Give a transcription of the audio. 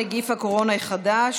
נגיף הקורונה החדש),